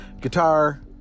guitar